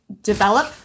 develop